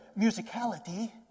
musicality